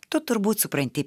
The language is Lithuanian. tu turbūt supranti